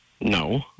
No